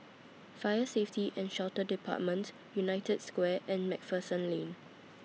Fire Safety and Shelter department United Square and MacPherson Lane